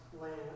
land